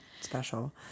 special